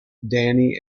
danny